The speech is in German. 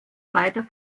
beider